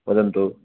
वदन्तु